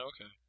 Okay